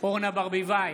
אורנה ברביבאי,